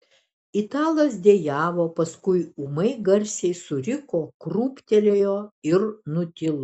italas dejavo paskui ūmai garsiai suriko krūptelėjo ir nutilo